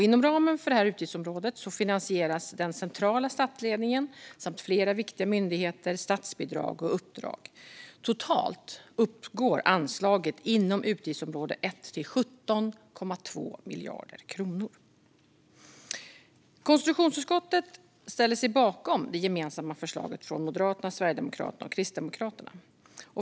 Inom ramen för detta utgiftsområde finansieras den centrala statsledningen samt flera viktiga myndigheter, statsbidrag och uppdrag. Totalt uppgår anslaget inom utgiftsområde 1 till 17,2 miljarder kronor. Konstitutionsutskottet ställer sig bakom det gemensamma förslaget från Moderaterna, Sverigedemokraterna och Kristdemokraterna.